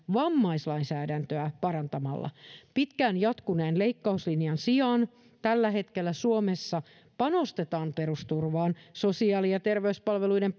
vammaislainsäädäntöä parantamalla pitkään jatkuneen leikkauslinjan sijaan tällä hetkellä suomessa panostetaan perusturvaan sosiaali ja terveyspalveluiden